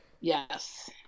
Yes